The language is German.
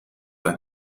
ein